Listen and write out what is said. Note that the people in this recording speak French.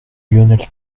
lionel